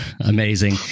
amazing